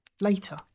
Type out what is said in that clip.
later